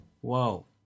whoa